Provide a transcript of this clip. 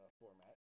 format